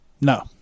No